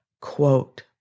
quote